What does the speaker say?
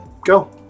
go